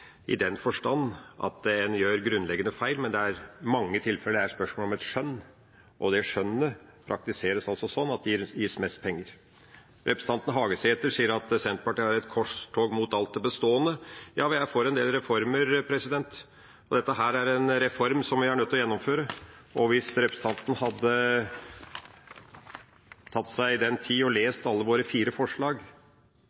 i den forstand at en gjør grunnleggende feil, men det er i mange tilfeller et spørsmål om skjønn, og det skjønnet praktiseres altså sånn at det gir mest penger. Representanten Hagesæter sier at Senterpartiet har et korstog mot alt det bestående. Ja, vi er for en del reformer, og dette er en reform vi er nødt til å gjennomføre. Hvis representanten hadde tatt seg